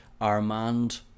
Armand